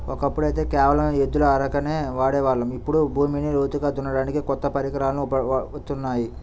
ఒకప్పుడైతే కేవలం ఎద్దుల అరకనే వాడే వాళ్ళం, ఇప్పుడు భూమిని లోతుగా దున్నడానికి కొత్త పరికరాలు వత్తున్నాయి